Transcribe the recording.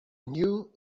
knew